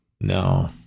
No